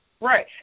Right